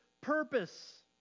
purpose